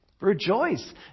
Rejoice